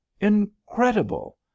Incredible